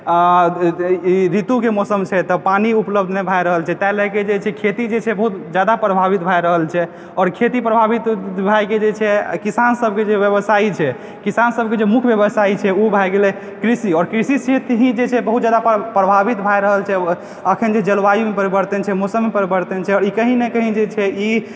आ ई ऋतू के मौसम छै तऽ पानि उपलब्ध नहि भय रहल छै तैं लय कऽ जे छै खेती जे छै बहुत जादा प्रभावित भय रहल छै आओर खेती प्रभावित भय कऽ जे छै किसान सब जे व्यवसायी छै किसान सब के जे मुख्य व्यवसायी छै ओ भय गेलै कृषि आओर कृषि क्षेत्र जे छै बहुत जादा प्रभावित भय रहल छै अखन जे जलवायुमे परिवर्तन छै मौसममे परिवर्तन छै ई कहीं न कहीं जे छै ई